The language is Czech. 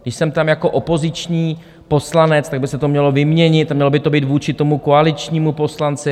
Když jsem tam jako opoziční poslanec, tak by se to mělo vyměnit a mělo by to být vůči tomu koaličnímu poslanci.